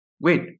wait